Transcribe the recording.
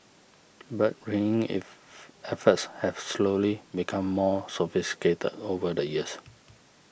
bird ringing if efforts have slowly become more sophisticated over the years